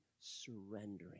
surrendering